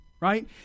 right